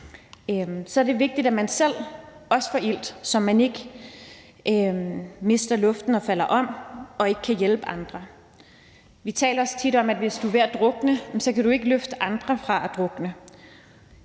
så er det vigtigt, at man selv får ilt, så man ikke mister luften og falder om og ikke kan hjælpe andre. Vi taler også tit om, at du, hvis du er ved at drukne, ikke kan hjælpe andre fra at drukne,